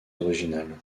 originales